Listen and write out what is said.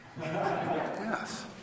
Yes